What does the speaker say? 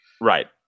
Right